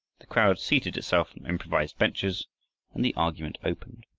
the crowd seated itself on improvised benches and the argument opened.